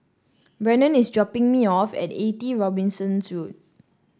Brannon is dropping me off at Eighty Robinson Road